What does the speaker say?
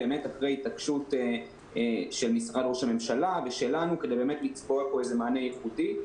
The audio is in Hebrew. אחרי התעקשות של משרד ראש הממשלה ושלנו כדי לצבוע מענה ייחודי.